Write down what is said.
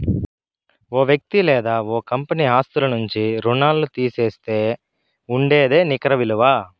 ఓ వ్యక్తి లేదా ఓ కంపెనీ ఆస్తుల నుంచి రుణాల్లు తీసేస్తే ఉండేదే నికర ఇలువ